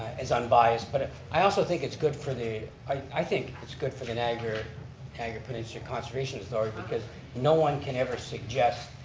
is unbiased, but ah i also think it's good for the, i think it's good for the niagara niagara peninsula conservation authority because no one can every suggest,